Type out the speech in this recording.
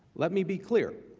let me be clear.